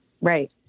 Right